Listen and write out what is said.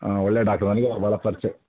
ಹಾಂ ಒಳ್ಳೆಯ ಡಾಕ್ಡ್ರು ನನಗೂ ಭಾಳ ಪರಿಚಯ